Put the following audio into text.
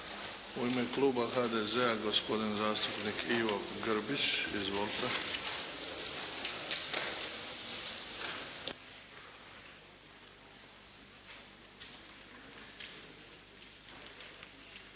U ime Kluba HDZ-a gospodin zastupnik Ivo Grbić. Izvolite.